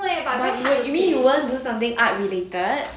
but you mean you won't do something art related